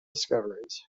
discoveries